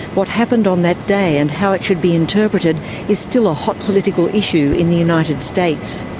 what happened on that day and how it should be interpreted is still a hot political issue in the united states.